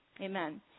Amen